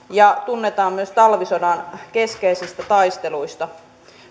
ja tunnetaan myös talvisodan keskeisistä taisteluista